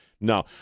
No